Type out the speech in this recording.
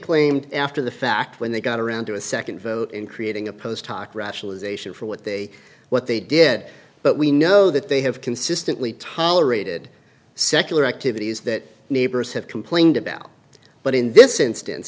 claimed after the fact when they got around to a second vote in creating a post hoc rationalization for what they what they did but we know that they have consistently tolerated secular activities that neighbors have complained about but in this instance